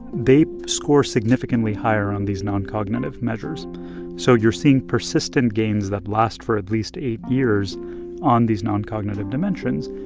they score significantly higher on these noncognitive measures so you're seeing persistent gains that last for at least eight years on these noncognitive dimensions.